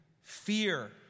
fear